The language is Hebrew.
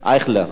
אייכלר.